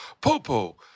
Popo